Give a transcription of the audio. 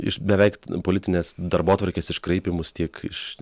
iš beveik politinės darbotvarkės iškraipymus tiek iš